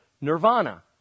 nirvana